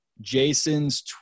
Jason's